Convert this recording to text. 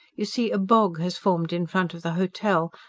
you see, a bog has formed in front of the hotel,